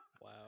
Wow